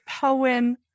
poem